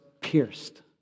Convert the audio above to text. pierced